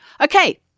Okay